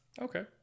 Okay